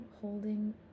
holding